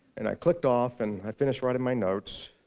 and i clicked off, and i finished writing my notes,